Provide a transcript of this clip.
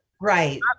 Right